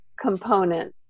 component